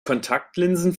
kontaktlinsen